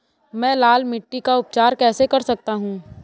मैं लाल मिट्टी का उपचार कैसे कर सकता हूँ?